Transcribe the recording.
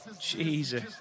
Jesus